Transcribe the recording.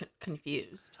confused